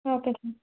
okay sir